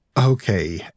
Okay